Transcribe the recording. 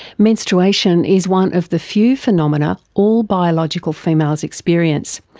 menstruation is one of the few phenomena all biological females experience,